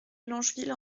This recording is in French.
longeville